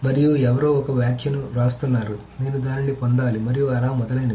మరియు ఎవరో ఒక వ్యాఖ్యను వ్రాస్తున్నారు నేను దానిని పొందాలి మరియు అలా మొదలైనవి